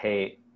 hey